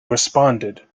responded